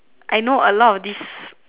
I know a lot of these